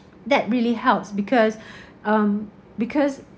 that really helps because um because